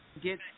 get